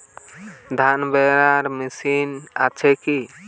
ধান রোয়ার মেশিন আছে কি?